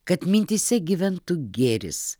kad mintyse gyventų gėris